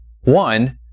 One